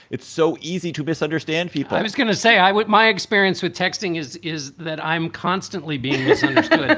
it's so easy to misunderstand people i was going to say i want my experience with texting is, is that i'm constantly being misunderstood,